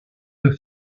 mœurs